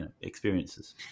Experiences